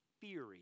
theory